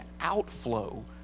outflow